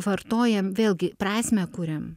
vartojam vėlgi prasmę kuriam